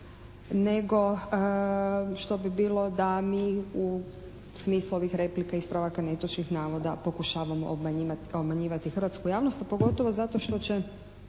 nego što bi bilo da mi u smislu ovih replika, ispravaka netočnih navoda pokušavamo obmanjivati hrvatsku javnost a pogotovo što će